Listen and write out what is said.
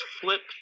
flip